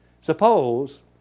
Suppose